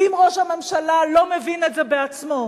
ואם ראש הממשלה לא מבין את זה בעצמו,